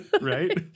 right